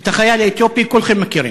את החייל האתיופי כולכם מכירים,